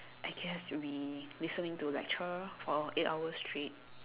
I guess should be listening to lecture for eight hours straight